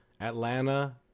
Atlanta